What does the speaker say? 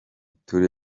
turi